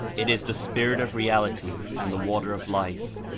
it is the spirit of reality and the water of life.